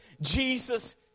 Jesus